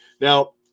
Now